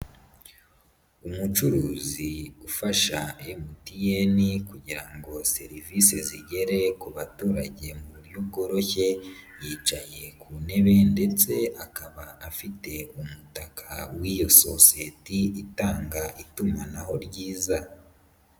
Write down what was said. Umucuruzi ufasha MTN kugira ngo serivisi zigere ku baturage mu buryo bworoshye, yicaye ku ntebe ndetse akaba afite umutaka w'iyo sosiyete itanga itumanaho ryiza.